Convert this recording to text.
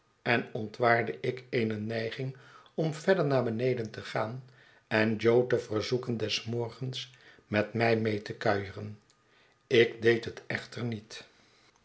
en ontwaarde ik eene neiging om weder naar beneden te gaan en jo te verzoeken des morgens met mij mee te kuieren ik deed het echter niet